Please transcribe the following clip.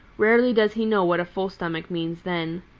rarely does he know what a full stomach means then.